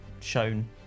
shown